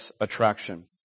attraction